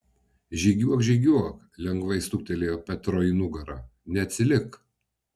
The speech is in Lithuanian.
žygiuok žygiuok lengvai stuktelėjo petro į nugarą neatsilik